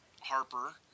Harper